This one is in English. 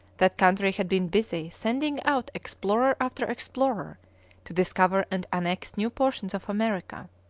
that country had been busy sending out explorer after explorer to discover and annex new portions of america.